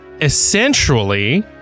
essentially